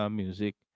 music